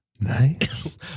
nice